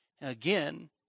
Again